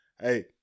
hey